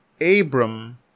Abram